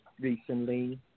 recently